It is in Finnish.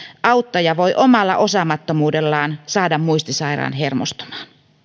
auttaja voi omalla osaamattomuudellaan saada muistisairaan hermostumaan